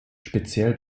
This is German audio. speziell